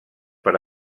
per